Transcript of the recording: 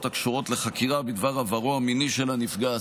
הקשורות לחקירה בדבר עברו המיני של הנפגע,